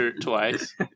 Twice